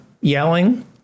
yelling